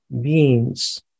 beings